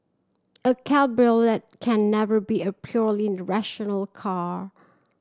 a cabriolet can never be a purely rational car